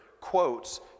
quotes